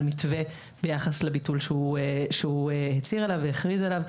מתווה ביחס לביטול שהוא הצהיר עליו והכריז עליו,